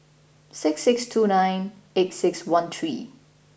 six six two nine eight six one three